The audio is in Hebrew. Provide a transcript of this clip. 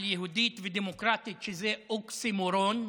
על יהודית ודמוקרטית שזה אוקסימורון,